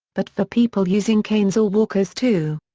but for people using canes or walkers too.